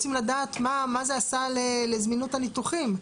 רוצים לדעת מה זה עשה לזמינות הניתוחים.